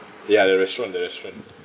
ya that restaurant that restaurant